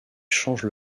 changent